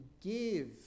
give